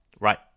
Right